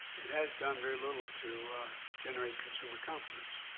it has done very little to generate consumer confidence.